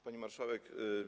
Pani Marszałek!